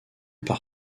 par